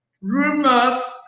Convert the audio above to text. rumors